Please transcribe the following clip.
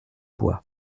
bois